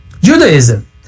Judaism